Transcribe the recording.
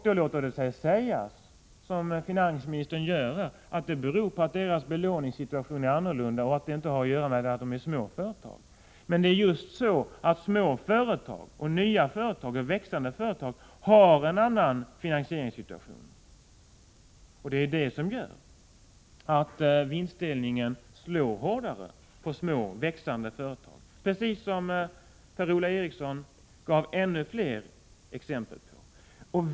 Då låter det sig sägas, som finansministern gör, att det beror på att deras belåningssituation är annorlunda och att det inte har att göra med att de är små företag. Men små företag, nya företag och växande företag har en annan finansieringssituation, och det är det som gör att vinstdelningen slår hårdare mot små, växande företag — precis som Per-Ola Eriksson gav många exempel på.